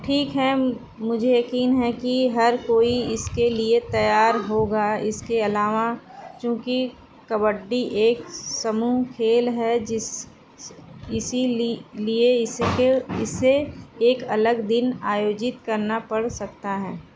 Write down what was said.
ठीक है मुझे यकीन है कि हर कोई इसके लिये तैयार होगा इसके अलावा चूंकि कबड्डी एक समूह खेल है जिस इसीलिये इसके इसे एक अलग दिन आयोजित करना पड़ सकता है